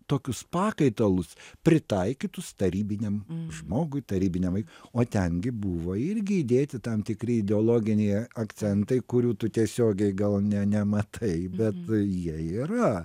tokius pakaitalus pritaikytus tarybiniam žmogui tarybiniam o ten gi buvo irgi įdėti tam tikri ideologiniai akcentai kurių tu tiesiogiai gal ne nematai bet jie yra